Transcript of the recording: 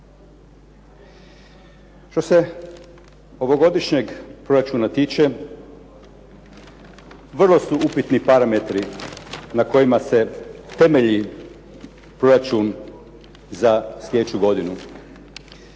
Što se ovogodišnjeg proračuna tiče, vrlo su upitni parametri na kojima se temelji proračun za slijedeću godinu.